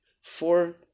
four